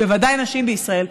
בוודאי נשים בישראל,